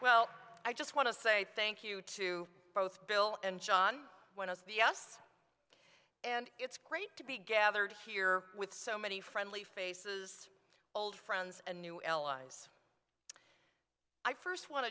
well i just want to say thank you to both bill and john went to the us and it's great to be gathered here with so many friendly faces old friends and new allies i first